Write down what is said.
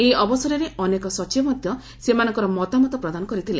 ଏହି ଅବସରରେ ଅନେକ ସଚିବ ମଧ୍ୟ ସେମାନଙ୍କର ମତାମତ ପ୍ରଦାନ କରିଥିଲେ